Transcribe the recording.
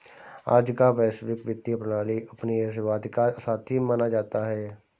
आज का वैश्विक वित्तीय प्रणाली उपनिवेशवाद का साथी माना जाता है